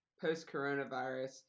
post-coronavirus